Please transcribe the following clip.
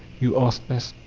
you ask us.